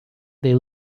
they